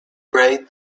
pray